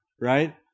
right